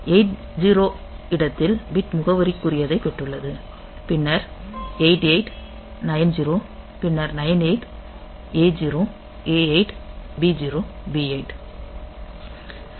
80 வது இடத்தில் பிட் முகவரிக்குரியதைப் பெற்றுள்ளது பின்னர் 88 90 பின்னர் 98 பின்னர் A0 A8 B0 B8